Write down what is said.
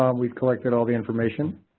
um we've collected all the information.